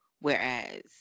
Whereas